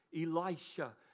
Elisha